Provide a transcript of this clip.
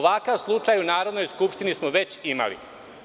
Ovakav slučaj u Narodnoj skupštini smo već imali.